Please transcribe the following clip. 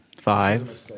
five